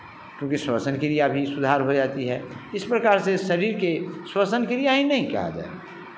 क्योंकि श्वसन क्रिया भी सुधार हो जाती है इस प्रकार से शरीर के श्वसन क्रिया ही नहीं कहा जाए